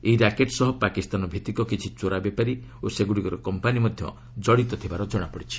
ଏହି ର୍ୟାକେଟ୍ ସହ ପାକିସ୍ତାନଭିତ୍ତିକ କିଛି ଚୋରା ବେପାରୀ ଓ ସେଗୁଡ଼ିକର କମ୍ପାନୀ ମଧ୍ୟ ଜଡ଼ିତ ଥିବାର ଜଣାପଡ଼ିଛି